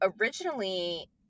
originally